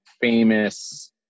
famous